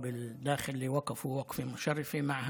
לחברה עאידה על הדברים האלה עליה.